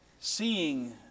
Seeing